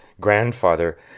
grandfather